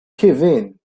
kvin